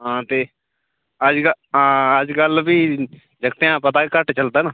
हां ते अजकल हां अजकल भी जागतें दा पता बी घट्ट चलदा ना